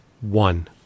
One